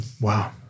Wow